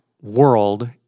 world